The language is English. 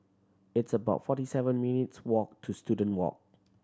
it's about forty seven minutes' walk to Student Walk